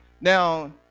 now